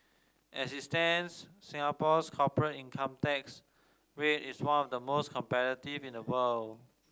as it stands Singapore's corporate income tax rate is one of the most competitive in the world